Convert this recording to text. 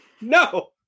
No